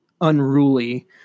unruly